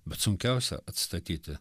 bet sunkiausia atstatyti